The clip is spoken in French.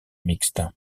mixte